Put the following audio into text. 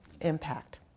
impact